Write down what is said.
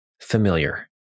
familiar